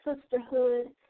sisterhood